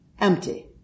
empty